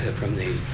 from the